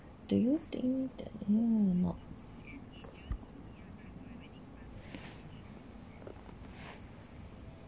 do you think that mm not